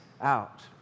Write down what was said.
out